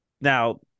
Now